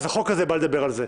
אז החוק הזה בא לדבר על זה.